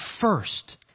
first